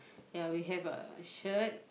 yeah we have a shirt